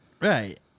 Right